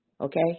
Okay